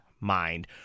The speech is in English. mind